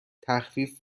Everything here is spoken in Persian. تخفیف